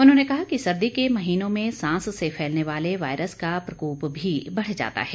उन्होंने कहा कि सर्दी के महीनों में सांस से फैलने वाले वायरस का प्रकोप भी बढ़ जाता है